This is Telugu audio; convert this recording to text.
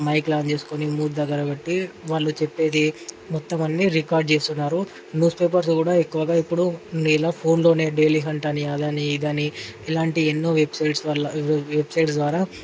మైక్లు ఆన్ వేసుకుని మూతి దగ్గర పెట్టి వాళ్ళు చెప్పేది మొత్తం అన్ని రికార్డు చేస్తున్నారు న్యూస్ పేపర్స్ కూడా ఎక్కువగా ఇప్పుడు ఎలా ఫోన్లోనే డెయిలీ హంట్ అని అది అని ఇది అని ఇలాంటి ఎన్నో వెబ్సైట్స్ వల్ల వెబ్సైట్స్ ద్వారా